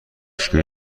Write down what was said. بشکه